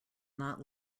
not